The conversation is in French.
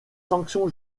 sanctions